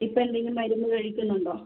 ഇപ്പോൾ എന്തെങ്കിലും മരുന്ന് കഴിക്കുന്നുണ്ടോ